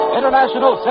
International